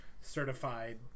certified